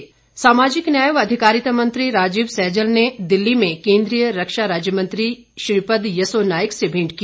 सैजल सामाजिक न्याय व अधिकारिता मंत्री राजीव सैजल ने दिल्ली में केंद्रीय रक्षा राज्य मंत्री श्रीपद यसो नायक से भेंट की